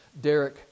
Derek